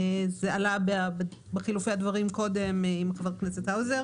זה עלה בחילופי הדברים קודם עם חבר הכנסת האוזר